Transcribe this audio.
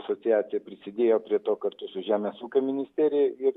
asociacija prisidėjo prie to kartu su žemės ūkio ministerija ir